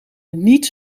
niet